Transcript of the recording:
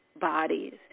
bodies